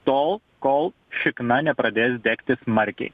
tol kol šikna nepradės degti smarkiai